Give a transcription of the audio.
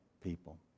people